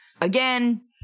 Again